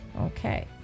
Okay